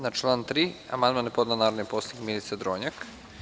Na član 3. amandman je podneo narodni poslanik Milica Dronjak.